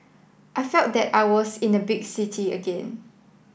I felt that I was in a big city again